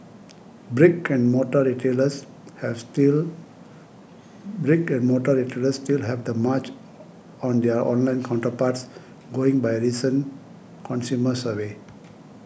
brick and mortar retailers have still brick and mortar retailers still have the march on their online counterparts going by a recent consumer survey